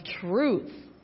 truth